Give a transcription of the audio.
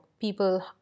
People